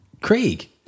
Craig